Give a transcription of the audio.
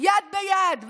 יד ביד.